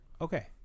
Okay